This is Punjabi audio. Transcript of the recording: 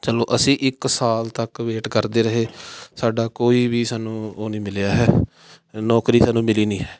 ਚਲੋ ਅਸੀਂ ਇੱਕ ਸਾਲ ਤੱਕ ਵੇਟ ਕਰਦੇ ਰਹੇ ਸਾਡਾ ਕੋਈ ਵੀ ਸਾਨੂੰ ਉਹ ਨਹੀਂ ਮਿਲਿਆ ਹੈ ਅ ਨੌਕਰੀ ਸਾਨੂੰ ਮਿਲੀ ਨਹੀਂ ਹੈ